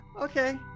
okay